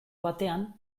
batean